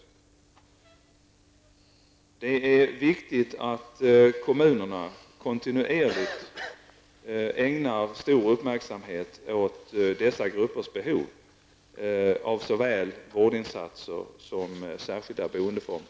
Det är viktig att kommunerna kontinuerligt ägnar stor uppmärksamhet åt dessa gruppers behov av såväl vårdinsatser som särskilda boendeformer.